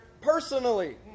personally